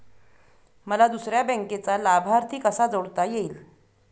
मला दुसऱ्या बँकेचा लाभार्थी कसा जोडता येईल?